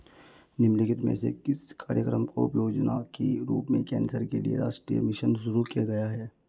निम्नलिखित में से किस कार्यक्रम को उपयोजना के रूप में कैंसर के लिए राष्ट्रीय मिशन शुरू किया गया है?